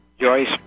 Joyce